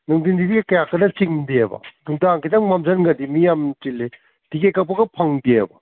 ꯅꯨꯡꯊꯤꯟꯁꯤꯗꯤ ꯀꯌꯥ ꯀꯟꯅ ꯆꯤꯟꯗꯦꯕ ꯅꯨꯡꯗꯥꯡ ꯈꯤꯇꯪ ꯃꯝꯁꯤꯟꯈ꯭ꯔꯗꯤ ꯃꯤ ꯌꯥꯝ ꯆꯤꯜꯂꯤ ꯇꯤꯀꯦꯠ ꯀꯛꯄꯒ ꯐꯪꯗꯦꯕ